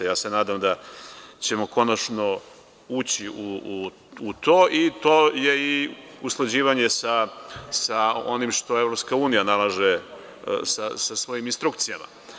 Nadam se da ćemo konačno ući u to i to je i usklađivanje sa onim što EU nalaže sa svojim instrukcijama.